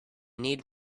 need